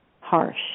harsh